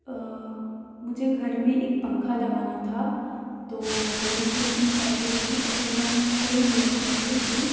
مجھے گھر میں ایک پنکھا لگانا تھا تو میں نے کچھ دن پہلے ہی تقریباََ چھ مہینے پہلے ہی